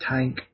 Tank